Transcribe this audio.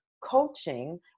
coaching